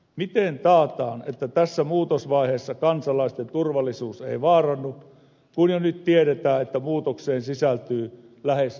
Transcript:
miten taataan että tässä muutosvaiheessa kansalaisten turvallisuus ei vaarannu kun jo nyt tiedetään että muutoksen sisältyy lähes hallitsemattomia riskejä